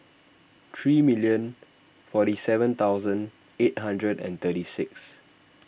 three million forty seven thousand eight hundred and thirty six